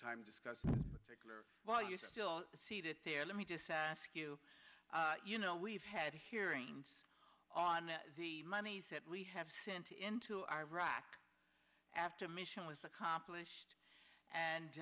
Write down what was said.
time discuss secular while you still see that there let me just ask you you know we've had hearings on the monies that we have sent into iraq after a mission was accomplished and